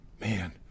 Man